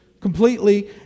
completely